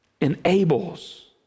Enables